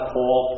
Paul